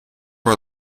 for